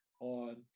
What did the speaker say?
on